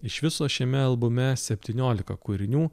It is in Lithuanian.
iš viso šiame albume septyniolika kūrinių